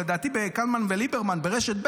לדעתי בקלמן וליברמן ברשת ב':